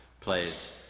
plays